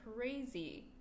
crazy